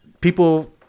people